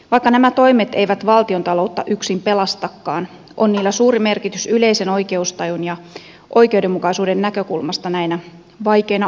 vaikka nämä toimet eivät valtiontaloutta yksin pelastakaan on niillä suuri merkitys yleisen oikeustajun ja oikeudenmukaisuuden näkökulmasta näinä vaikeina aikoina